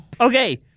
Okay